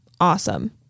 Awesome